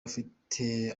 afite